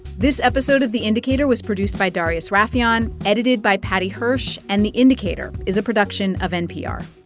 this episode of the indicator was produced by darius rafieyan, edited by paddy hirsch. and the indicator is a production of npr